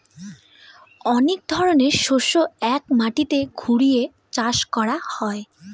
অনেক ধরনের শস্য এক মাটিতে ঘুরিয়ে চাষ করা হয়